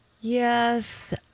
Yes